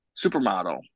Supermodel